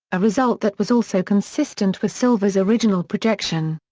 a result that was also consistent with silver's original projection.